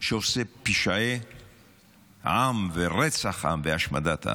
שעושה פשעי עם ורצח עם והשמדת עם.